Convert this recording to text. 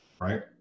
right